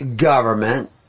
government